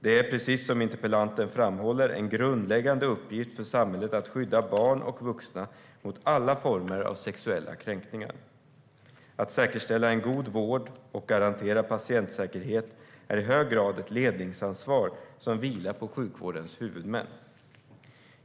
Det är, precis som interpellanten framhåller, en grundläggande uppgift för samhället att skydda barn och vuxna mot alla former av sexuella kränkningar. Att säkerställa en god vård och garantera patientsäkerhet är i hög grad ett ledningsansvar som vilar på sjukvårdens huvudmän.